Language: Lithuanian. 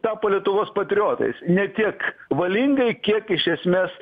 tapo lietuvos patriotais ne tiek valingai kiek iš esmės